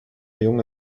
jung